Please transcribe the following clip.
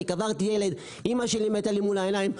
אני קברתי ילד, אימא שלי מתה לי מול העיניים.